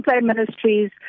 Ministries